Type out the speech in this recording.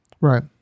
Right